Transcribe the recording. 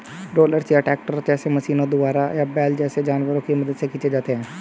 rollers या तो tractor जैसे मशीनों द्वारा या बैल जैसे जानवरों की मदद से खींचे जाते हैं